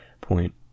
point